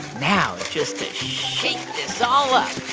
now just to shake this all up.